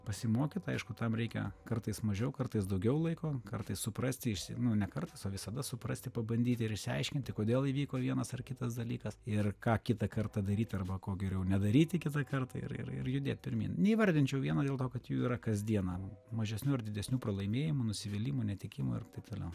pasimokyt aišku tam reikia kartais mažiau kartais daugiau laiko kartais suprasti išsi nu ne kartais o visada suprasti pabandyti ir išsiaiškinti kodėl įvyko vienas ar kitas dalykas ir ką kitą kartą daryt arba ko geriau nedaryti kitą kartą ir ir ir judėt pirmyn neįvardinčiau vieno dėl to kad jų yra kasdieną mažesnių ar didesnių pralaimėjimų nusivylimų netekimų ir taip toliau